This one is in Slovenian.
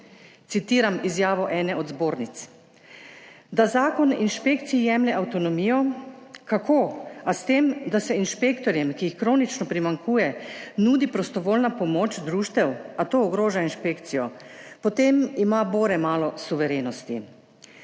Citiram izjavo ene od zbornic, da »zakon inšpekciji jemlje avtonomijo«. Kako? A s tem, da se inšpektorjem, ki jih kronično primanjkuje, nudi prostovoljna pomoč društev? A to ogroža inšpekcijo? Potem ima bore malo suverenosti.